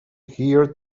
here